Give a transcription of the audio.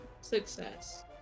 Success